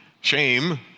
Shame